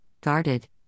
guarded